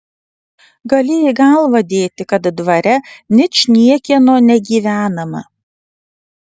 galėjai galvą dėti kad dvare ničniekieno negyvenama